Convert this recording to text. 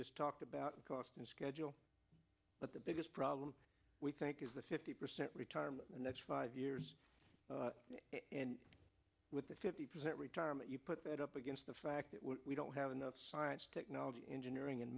just talked about cost and schedule but the biggest problem we think is the fifty percent retirement the next five years with a fifty percent retirement you put that up against the fact that we don't have enough science technology engineering and